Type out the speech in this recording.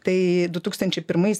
tai du tūkstančiai pirmais